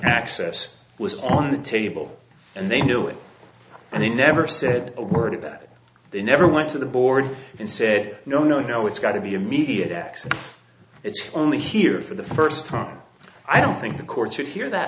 access was on the table and they knew it and they never said a word that they never went to the board and said no no no it's got to be immediate x and it's only here for the first time i don't think the court should hear that